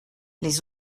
les